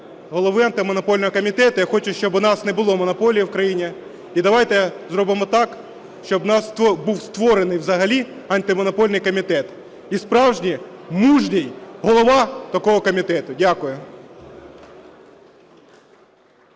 Голови Антимонопольного комітету. Я хочу, щоб у нас не було монополії в країні, і давайте зробимо так, щоб в нас був створений взагалі Антимонопольний комітет і справжній мужній голова такого комітету. Дякую.